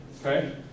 okay